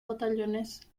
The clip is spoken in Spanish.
batallones